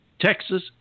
Texas